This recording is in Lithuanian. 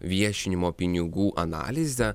viešinimo pinigų analizę